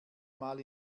mal